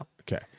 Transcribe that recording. Okay